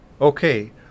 Okay